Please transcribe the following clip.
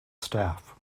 staff